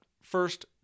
First